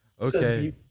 Okay